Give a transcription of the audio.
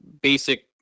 basic